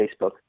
Facebook